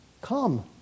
come